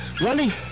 Running